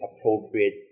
appropriate